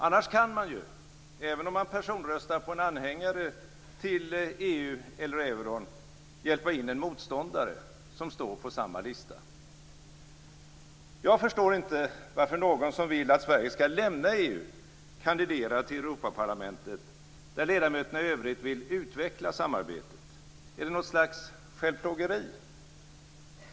Annars kan man ju, även om man personröstar på en anhängare till EU eller euron, hjälpa in en motståndare som står på samma lista. Jag förstår inte varför någon som vill att Sverige skall lämna EU kandiderar till Europaparlamentet, där ledamöterna i övrigt vill utveckla samarbetet. Är det något slags självplågeri?